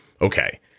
Okay